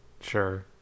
sure